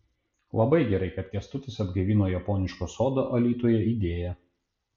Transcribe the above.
labai gerai kad kęstutis atgaivino japoniško sodo alytuje idėją